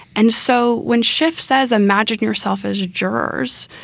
and so when schiff says imagine yourself as jurors,